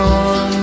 on